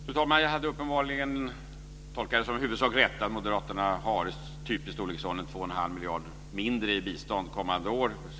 Fru talman! Jag hade uppenbarligen tolkat moderaterna huvudsak rätt. De har i storleksordningen 2 1⁄2 miljarder kronor mindre i bistånd för kommande år.